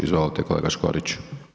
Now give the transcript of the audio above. Izvolite kolega Škorić.